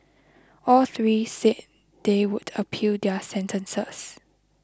all three said they would appeal their sentences